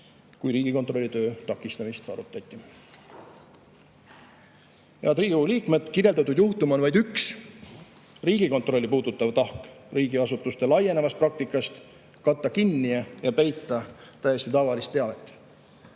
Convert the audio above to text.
kui Riigikontrolli töö takistamist arutati. Head Riigikogu liikmed! Kirjeldatud juhtum on vaid üks, Riigikontrolli puudutav tahk riigiasutuste laienevast praktikast katta kinni ja peita täiesti tavalist teavet.